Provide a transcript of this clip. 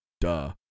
duh